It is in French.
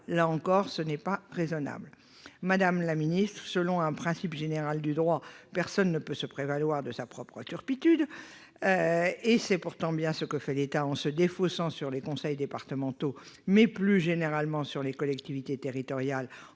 Là encore, ce n'est pas raisonnable. Madame la secrétaire d'État, selon un principe général du droit, nul ne peut se prévaloir de sa propre turpitude. C'est pourtant bien ce que fait l'État en se défaussant sur les conseils départementaux et, plus généralement, sur les collectivités territoriales,